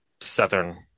Southern